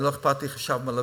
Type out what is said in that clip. לא אכפת לי חשב מלווה.